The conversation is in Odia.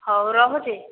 ହଉ ରହୁଛି